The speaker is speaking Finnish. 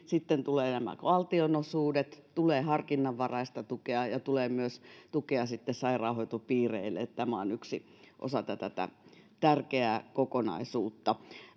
sitten tulevat nämä valtionosuudet tulee harkinnanvaraista tukea ja tulee myös tukea sairaanhoitopiireille eli tämä on yksi osa tätä tärkeää kokonaisuutta